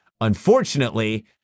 Unfortunately